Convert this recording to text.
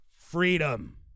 freedom